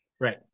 right